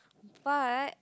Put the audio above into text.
but